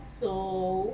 so